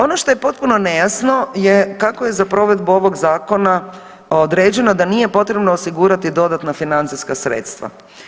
Ono što je potpuno nejasno je kako je za provedbu ovog zakona određeno da nije potrebno osigurati dodatna financijska sredstva.